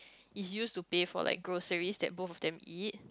is used to pay for like groceries that both of them eat